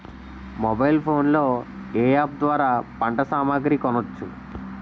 Mobile phone లో ఏ app ద్వారా పంట సామాగ్రి కొనచ్చు?